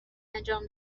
انجام